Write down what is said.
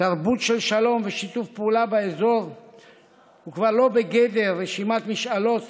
"תרבות של שלום ושיתוף פעולה באזור היא כבר לא בגדר רשימת משאלות